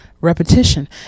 repetition